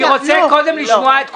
בסדר, אני רוצה קודם לשמוע את כולם.